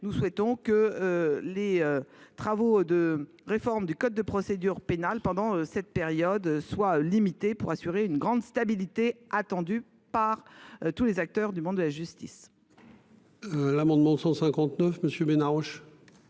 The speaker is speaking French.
nous souhaitons que les travaux de réforme du code de procédure pénale pendant cette période soient limités pour assurer une stabilité attendue par tous les acteurs du monde de la justice. L'amendement n° 159, présenté